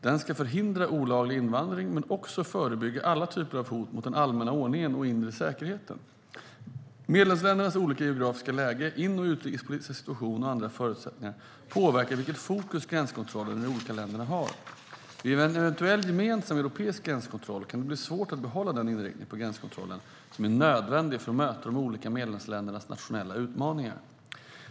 Den ska förhindra olaglig invandring men också förebygga alla typer av hot mot den allmänna ordningen och den inre säkerheten. Medlemsländernas olika geografiska läge, in och utrikespolitiska situation och andra förutsättningar påverkar vilket fokus gränskontrollen i de olika länderna har. Vid en eventuell gemensam europeisk gränskontroll kan det bli svårt att behålla den inriktning på gränskontrollen som är nödvändig för att möta de olika medlemsländernas nationella utmaningar.